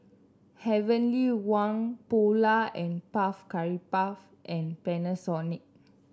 Heavenly Wang Polar And Puff Cakes and Panasonic